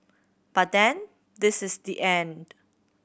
but then this is the end